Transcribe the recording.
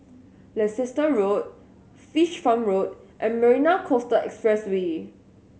Leicester Road Fish Farm Road and Marina Coastal Expressway